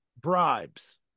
bribes